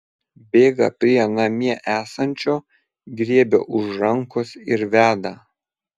bėga prie namie esančio griebia už rankos ir veda